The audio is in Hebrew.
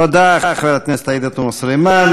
תודה, חברת הכנסת עאידה תומא סלימאן.